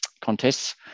contests